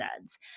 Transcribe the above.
ads